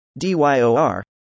DYOR